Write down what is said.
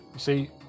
See